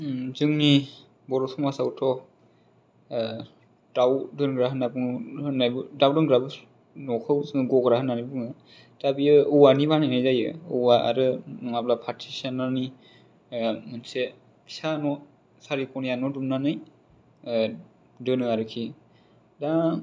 जोंनि बर' समाजावथ' दाउ दोनग्रा होन्नानै बुङो दाउ दोनग्रा न'खौ जोङो गग्रा होन्नानै बुङो दा बियो औवानि बानायनाय जायो औवा आरो नङाब्ला फाथि सेनानि मोनसे फिसा न' सारि खनिया न' दुमनानै दोनो आरोखि दा